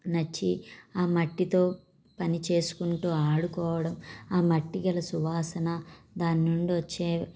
నచ్చి ఆ మట్టితో పని చేసుకుంటూ ఆడుకోవడం ఆ మట్టిగల సువాసన దానినుండి వచ్చే